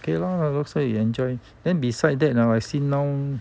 geylang 的 laksa you enjoy then beside that ah I see now